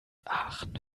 aachen